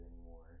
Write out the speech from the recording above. anymore